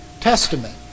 Testament